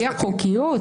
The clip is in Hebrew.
אי החוקיות?